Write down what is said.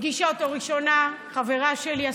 הגישה אותו ראשונה חברה שלי,